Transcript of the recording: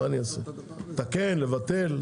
לבטל.